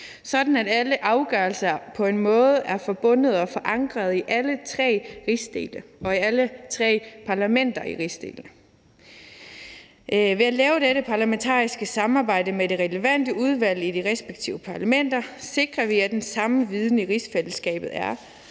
sådan at alle afgørelser på en måde er forbundet og forankrede i alle tre rigsdele og i alle tre parlamenter i rigsdelene. Ved at lave dette parlamentariske samarbejde med de relevante udvalg i de respektive parlamenter sikrer vi, at der er den samme viden i rigsfællesskabet,